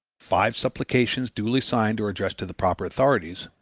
five supplications duly signed are addressed to the proper authorities,